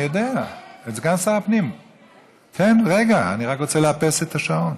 אני רוצה להזמין